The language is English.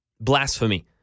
blasphemy